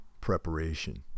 preparation